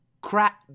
crap